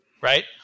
right